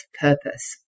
purpose